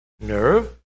nerve